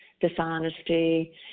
dishonesty